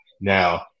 Now